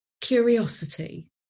curiosity